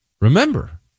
remember